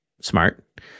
smart